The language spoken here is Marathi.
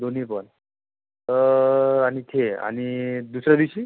दोन्ही पण आणखी आहे आणि दुसऱ्या दिवशी